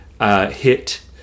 Hit